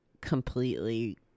completely